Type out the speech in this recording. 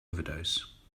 overdose